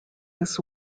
this